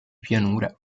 pianura